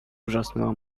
wrzasnęła